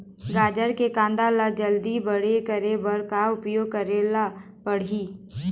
गाजर के कांदा ला जल्दी बड़े करे बर का उपाय करेला पढ़िही?